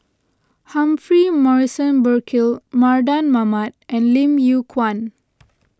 Humphrey Morrison Burkill Mardan Mamat and Lim Yew Kuan